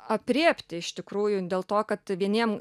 aprėpti iš tikrųjų dėl to kad vieniem